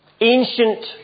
Ancient